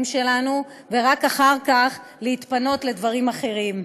שלנו ורק אחר כך להתפנות לדברים אחרים.